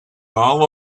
all